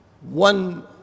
One